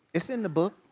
it's in the book.